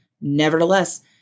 Nevertheless